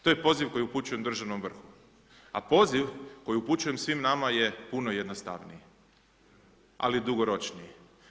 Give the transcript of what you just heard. To je poziv koji upućujem državnom vrhu, a poziv koji upućujem svim nama je puno jednostavniji, ali dugoročniji.